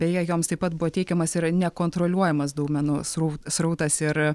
beje joms taip pat buvo teikiamas ir nekontroliuojamas duomenų srau srautas ir